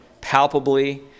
palpably